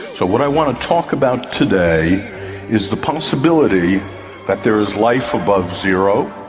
so what i want to talk about today is the possibility that there is life above zero,